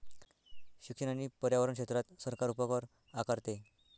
शिक्षण आणि पर्यावरण क्षेत्रात सरकार उपकर आकारते